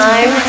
Time